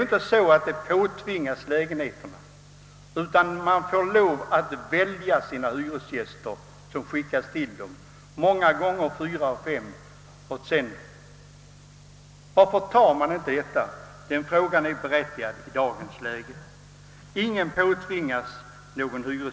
Ingen påtvingas en hyresgäst, utan fastighetsägaren får tillfälle att välja bland de bostadssökande som skickas till honom, och det är många gånger fyra eller fem sökande. Varför går man inte med på detta? Den frågan är berättigad i dagens läge.